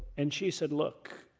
and she said, look,